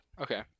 Okay